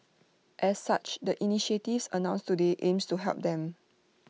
as such the initiatives announced today aims to help them